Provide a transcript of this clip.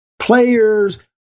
players